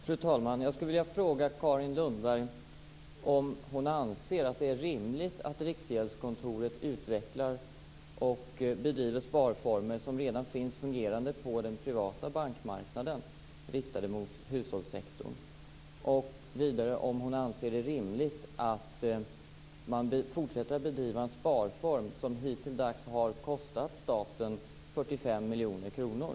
Fru talman! Anser Carin Lundberg att det är rimligt att Riksgäldskontoret utvecklar och bedriver sparformer riktade mot hushållssektorn som redan finns och fungerar på den privata bankmarknaden? Anser hon att det är rimligt att man fortsätter att bedriva en sparform som hittills har kostat staten 45 miljoner kronor?